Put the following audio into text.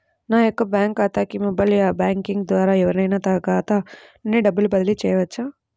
నా యొక్క బ్యాంక్ ఖాతాకి మొబైల్ బ్యాంకింగ్ ద్వారా ఎవరైనా ఖాతా నుండి డబ్బు బదిలీ చేయవచ్చా?